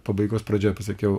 pabaigos pradžioje pasakiau